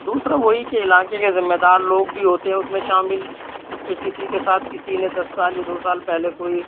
دوسرا وہی کہ علاقے کے ذمے دار لوگ بھی ہوتے ہیں اس میں شامل کہ کسی کے ساتھ کسی نے دس سال یا دو سال پہلے کوئی